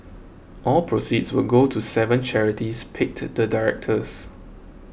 all proceeds will go to seven charities picked the directors